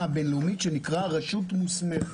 הבין-לאומית יש שמה שנקרא רשות מוסמכת.